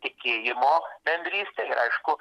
tikėjimo bendrystę ir aišku